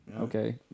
okay